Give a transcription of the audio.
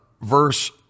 verse